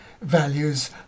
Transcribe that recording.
values